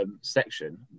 section